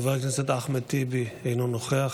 חבר הכנסת אחמד טיבי, אינו נוכח.